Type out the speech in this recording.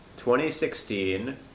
2016